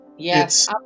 yes